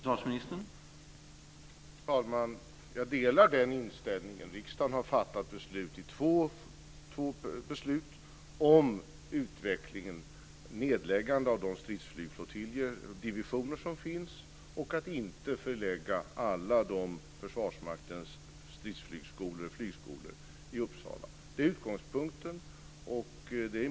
Herr talman! Jag delar den inställningen. Riksdagen har fattat två beslut om utvecklingen: att lägga ned stridsflygdivisioner som finns och att inte förlägga försvarsmaktens alla stridsflygskolor i Uppsala. Det är utgångspunkten.